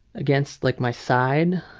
against like my side.